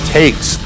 takes